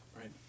right